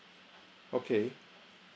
okay